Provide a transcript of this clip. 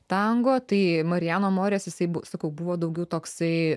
tango tai mariano morės jisai sakau buvo daugiau toksai